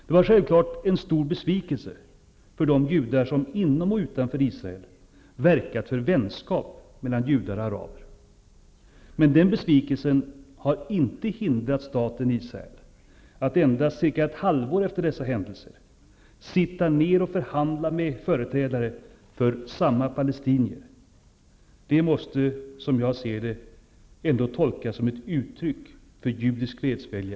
Det var självfallet en stor besvikelse för de judar som inom och utanför Israel har verkat för vänskap mellan judar och araber. Men den besvikelsen har inte hindrat staten Israel att endast cirka ett halvår efter dessa händelser sitta ner och förhandla med företrädare för samma palestinier. Det måste, som jag ser det, ändå tolkas som ett uttryck för judisk fredsvilja.